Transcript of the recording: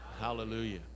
Hallelujah